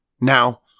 Now